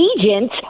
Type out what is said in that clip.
agent